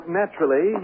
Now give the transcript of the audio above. naturally